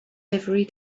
every